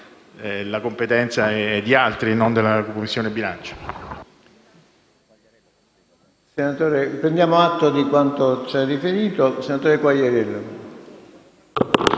la competenza è di altri e non della Commissione bilancio.